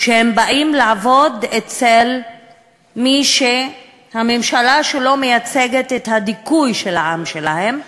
שהם באים לעבוד אצל מי שהממשלה שלו מייצגת את הדיכוי של העם שלהם,